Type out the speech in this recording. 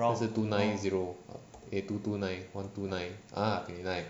这是 two nine zero okay two two nine one two nine ah twenty nine